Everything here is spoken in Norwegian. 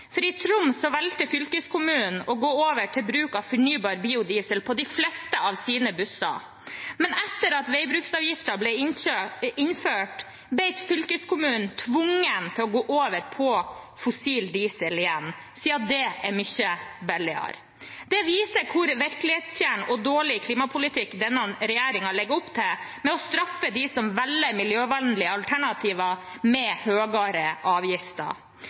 I Troms valgte fylkeskommunen å gå over til bruk av fornybar biodiesel på de fleste av sine busser. Men etter at veibruksavgiften ble innført, ble fylkeskommunen tvunget til å gå over på fossil diesel igjen, siden det er mye billigere. Det viser hvor virkelighetsfjern og dårlig klimapolitikk denne regjeringen legger opp til ved å straffe dem som velger miljøvennlige alternativer, med høyere avgifter.